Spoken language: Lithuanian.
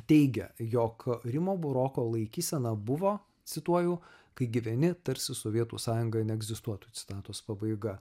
teigia jog rimo buroko laikysena buvo cituoju kai gyveni tarsi sovietų sąjunga neegzistuotų citatos pabaiga